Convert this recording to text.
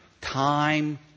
Time